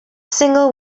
single